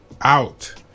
out